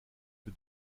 que